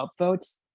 upvotes